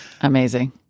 Amazing